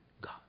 God